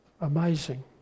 amazing